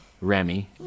remy